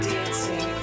Dancing